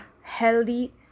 healthy